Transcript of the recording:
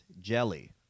Jelly